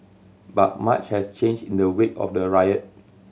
but much has changed in the wake of the riot